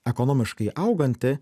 ekonomiškai auganti